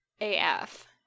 AF